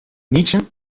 niçin